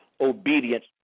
obedience